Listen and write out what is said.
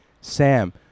Sam